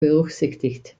berücksichtigt